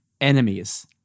Enemies